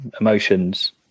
emotions